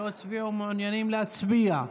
שלא הצביעו ומעוניינים להצביע?